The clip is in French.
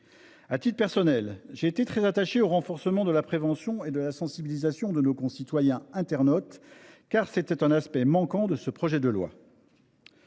À titre personnel, j’ai veillé très attentivement au renforcement de la prévention et de la sensibilisation de nos concitoyens internautes : c’était une lacune de ce projet de loi.